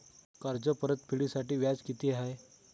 कर्ज परतफेडीसाठी व्याज किती आहे?